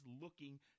looking